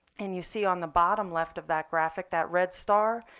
and you see on the bottom left of that graphic that red star.